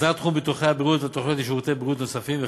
הסדרת תחום ביטוחי הבריאות ותוכניות לשירותי בריאות נוספים,